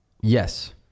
Yes